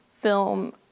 film